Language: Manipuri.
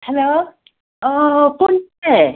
ꯍꯜꯂꯣ ꯑꯣ ꯄꯨꯟꯁꯦ